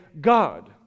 God